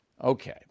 Okay